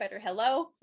hello